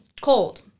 cold